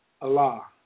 Allah